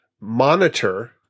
monitor